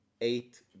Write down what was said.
eight